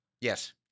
Yes